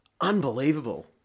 unbelievable